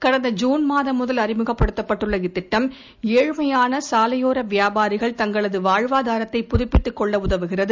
கடந்த ஜூன் மாதம் முதல் அழிமுகப்படுத்தப்பட்டுள்ள இத்திட்டம் ஏழ்மையான சாலையோர வியாபாரிகள் தங்களது வாழ்வாதாரத்தை புதுப்பித்துக் கொள்ள உதவுகிறது